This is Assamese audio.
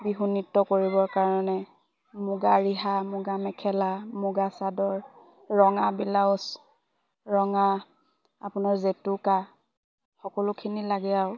বিহু নৃত্য কৰিবৰ কাৰণে মুগা ৰিহা মুগা মেখেলা মুগা চাদৰ ৰঙা ব্লাউজ ৰঙা আপোনাৰ জেতুকা সকলোখিনি লাগে আৰু